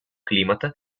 климата